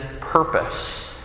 purpose